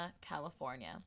California